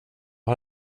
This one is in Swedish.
har